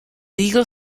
legal